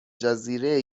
جزیره